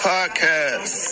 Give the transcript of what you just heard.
Podcast